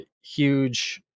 huge